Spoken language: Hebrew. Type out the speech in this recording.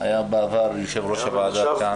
היה בעבר יושב-ראש הוועדה כאן.